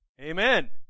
amen